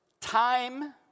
time